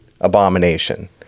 abomination